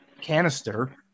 canister